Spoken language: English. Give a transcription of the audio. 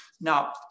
Now